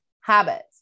habits